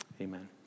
Amen